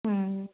ਹੂੰ